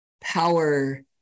power